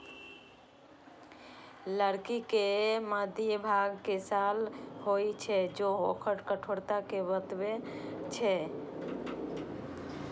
लकड़ी के मध्यभाग मे साल होइ छै, जे ओकर कठोरता कें बतबै छै